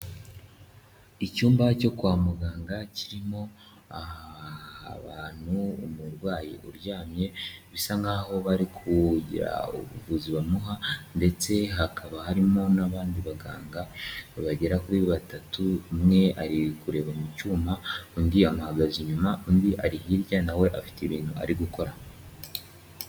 Icyumba cyo kwa muganga kirimo abantu, umurwayi uryamye, bisa nkaho bari kugira ubuvuzi bamuha, ndetse hakaba harimo n'abandi b'abaganga bagera kuri batatu umwe ari kureba mu cyuma, undi yamuhagaze inyuma, undi ari hirya nawe afite ibintu ari gukora.